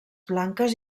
blanques